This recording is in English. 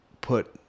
put